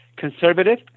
conservative